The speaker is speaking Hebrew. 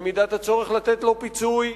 במידת הצורך לתת לו פיצוי,